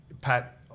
Pat